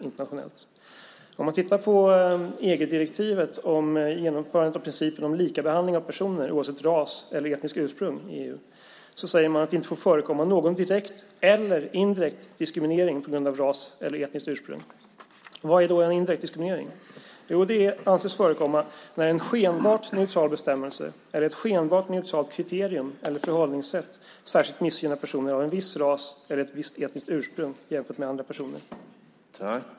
I EG-direktivet om genomförandet av principen om likabehandling av personer oavsett ras eller etniskt ursprung säger man att det inte får förekomma någon direkt eller indirekt diskriminering på grund av ras eller etniskt ursprung. Vad är då en indirekt diskriminering? Det anses förekomma när en skenbart neutral bestämmelse eller ett skenbart neutralt kriterium eller förhållningssätt särskilt missgynnar personer av en viss ras eller av ett visst etniskt ursprung jämfört med andra personer.